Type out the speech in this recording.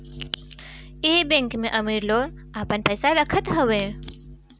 इ बैंक में अमीर लोग आपन पईसा रखत हवे